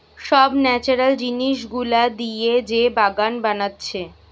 সব ন্যাচারাল জিনিস গুলা দিয়ে যে বাগান বানাচ্ছে